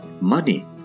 money